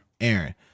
aaron